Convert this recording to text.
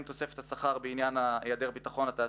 תוספת השכר בגין היעדר ביטחון תעסוקתי,